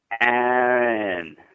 Aaron